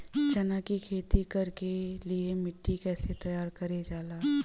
चना की खेती कर के लिए मिट्टी कैसे तैयार करें जाला?